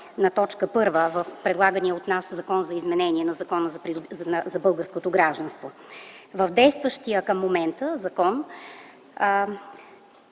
на т. 1 в предлагания от нас Законопроект за изменение на Закона за българското гражданство. В действащия към момента закон